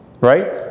right